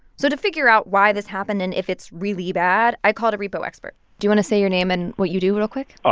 so to figure out why this happened and if it's really bad, i called a repo expert do want to say your name and what you do real quick?